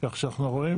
כך שאנחנו רואים